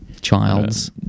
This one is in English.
Childs